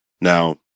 Now